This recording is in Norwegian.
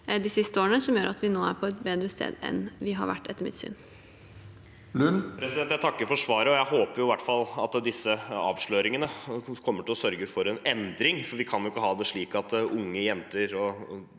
de siste årene, som gjør at vi nå er på et bedre sted enn vi har vært, etter mitt syn.